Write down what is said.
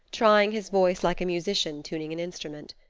trying his voice like a musician tuning an instrument.